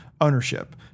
ownership